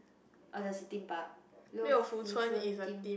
oh there's a Theme Park Liu-Foo-Chun theme